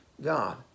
God